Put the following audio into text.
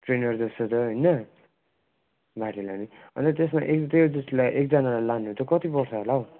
trainer जस्तो त होइन लाने लाने अन्त त्यसमा उसलाई एकजनालाई लाने हो त्यो कति पर्छ होला हो